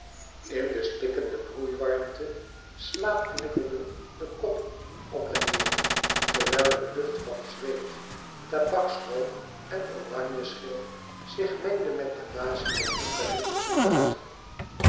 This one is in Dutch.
in de stikkende broeiwarmte slaapknikkelden de koppen op en neêr terwijl een lucht van zweet tabaksrook en oranjeschil zich mengde met den wasem der eucalyptussen buiten